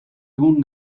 egun